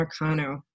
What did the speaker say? Marcano